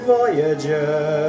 Voyager